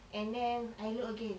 and then I look again